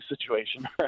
situation